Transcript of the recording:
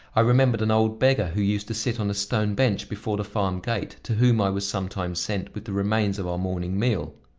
i remembered an old beggar who used to sit on a stone bench before the farm gate, to whom i was sometimes sent with the remains of our morning meal.